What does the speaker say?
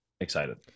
excited